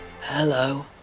Hello